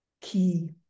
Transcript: key